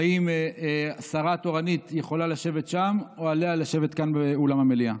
האם השרה התורנית יכולה לשבת שם או שעליה לשבת כאן באולם המליאה?